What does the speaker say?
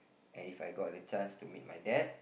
and If I got a chance to meet my dad